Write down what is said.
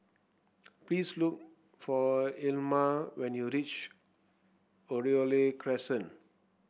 please look for Ilma when you reach Oriole Crescent